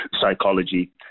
psychology